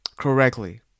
correctly